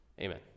Amen